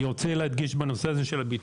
אני רוצה להדגיש משהו שחקרתי בעניין הנושא של חברות